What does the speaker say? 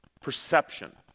perception